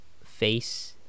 Face